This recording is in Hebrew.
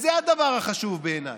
זה הדבר החשוב בעיניי.